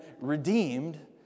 redeemed